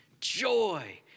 joy